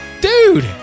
Dude